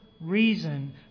reason